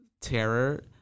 terror